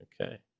Okay